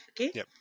okay